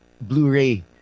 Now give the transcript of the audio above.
Blu-ray